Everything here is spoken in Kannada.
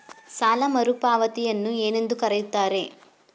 ಸಾಲ ಮರುಪಾವತಿಯನ್ನು ಏನೆಂದು ಕರೆಯುತ್ತಾರೆ?